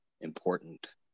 important